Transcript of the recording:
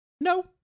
no